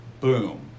boom